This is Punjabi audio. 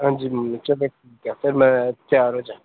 ਹਾਂਜੀ ਮੰਮੀ ਚਲੋ ਠੀਕ ਆ ਫਿਰ ਮੈਂ ਤਿਆਰ ਹੋ ਜਾਵਾਂ